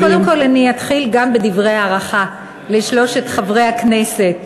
קודם כול אומר גם דברי הערכה לשלושת חברי הכנסת,